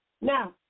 Now